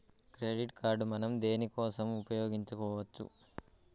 Credit card మనం దేనికోసం ఉపయోగించుకోవచ్చు?